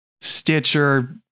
Stitcher